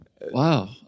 Wow